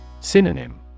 Synonym